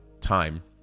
time